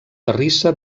terrissa